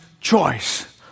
choice